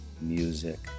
music